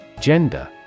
Gender